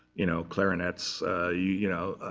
you know clarinets you know.